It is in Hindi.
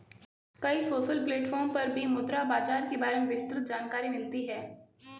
कई सोशल प्लेटफ़ॉर्म पर भी मुद्रा बाजार के बारे में विस्तृत जानकरी मिलती है